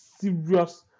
serious